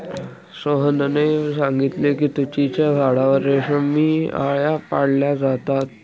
सोहनने सांगितले की तुतीच्या झाडावर रेशमी आळया पाळल्या जातात